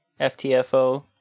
FTFO